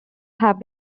have